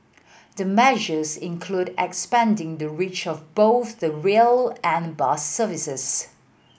the measures include expanding the reach of both the rail and bus services